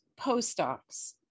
postdocs